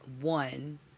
One